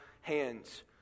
hands